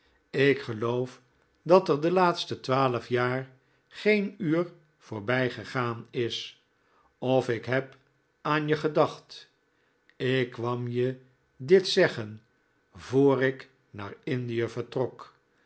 ik geloof dat er de laatste twaalf jaar geen uur voorbijgegaan is of ik heb aan je gedacht ik kwam je dit zeggen voor ik naar indie vertrok